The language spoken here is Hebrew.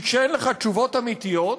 כי כשאין לך תשובות אמיתיות,